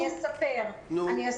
אספר.